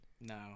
No